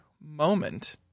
moment